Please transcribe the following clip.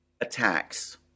attacks